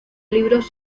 libros